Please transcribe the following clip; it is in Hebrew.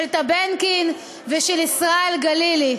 של טבנקין ושל ישראל גלילי.